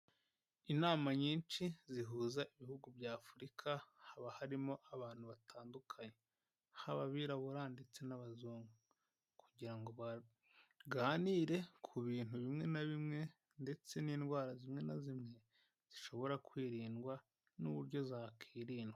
Inama nyinshi zihuza ibihugu bya Afurika haba harimo abantu batandukanye, haba abirabura ndetse n'abazungu kugira ngo baganire ku bintu bimwe na bimwe ndetse n'indwara zimwe na zimwe zishobora kwirindwa n'uburyo zakirindwa.